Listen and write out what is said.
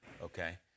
okay